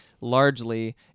largely